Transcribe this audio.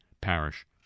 parish